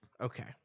Okay